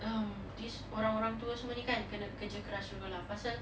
um this orang-orang tua semua ni kan kena kerja keras pasal